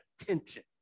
attention